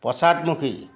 পশ্ছাদমুখী